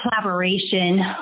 collaboration